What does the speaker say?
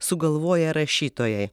sugalvoja rašytojai